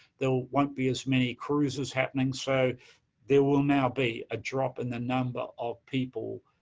there won't be as many cruises happening, so there will now be a drop in the number of people,